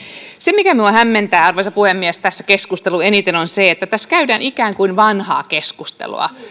se mikä minua hämmentää arvoisa puhemies tässä keskustelussa eniten on se että tässä käydään ikään kuin vanhaa keskustelua